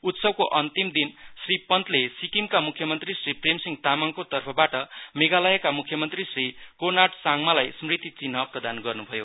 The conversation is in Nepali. उत्सवको अन्तिम दिन श्री पन्तले सिक्किमका मुख्यमन्त्री श्री प्रेमसिंह तामाङको तर्फबाट मेघालयका मुख्यमन्त्री श्री कोनार्ड साङमालाई स्मृति चिन्ह प्रदान गर्नुभयो